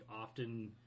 often